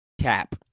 Cap